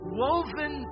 woven